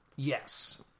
Yes